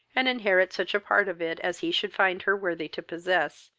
and inherit such a part of it, as he should find her worthy to possess,